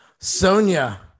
Sonia